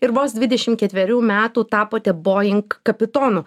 ir vos dvidešimt ketverių metų tapote bojing kapitonu